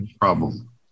problem